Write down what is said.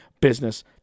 business